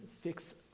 fix